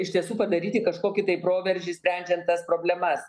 iš tiesų padaryti kažkokį tai proveržį sprendžiant tas problemas